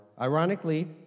Ironically